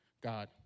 God